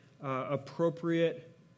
appropriate